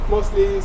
Mostly